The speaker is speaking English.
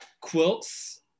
quilts